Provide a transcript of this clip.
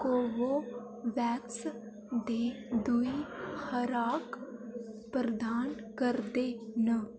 Covax दे दूई खराक प्रदान करदे न